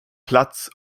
platz